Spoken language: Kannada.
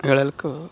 ಹೇಳಲಿಕ್ಕೂ